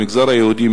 במגזר היהודי,